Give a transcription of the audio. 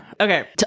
Okay